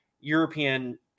European